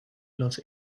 los